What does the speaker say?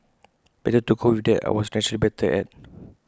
better to go with what I was naturally better at